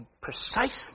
precisely